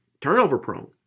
turnover-prone